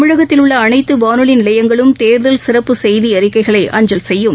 தமிழகத்தில் உள்ளஅனைத்துவானொலிநிலையங்களும் தேர்தல் சிறப்பு செய்திஅறிக்கைகளை அஞ்சல் செய்யும்